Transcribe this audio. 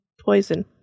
poison